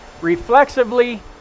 reflexively